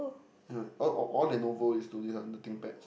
yea all all Lenovo is to this one the Think Pads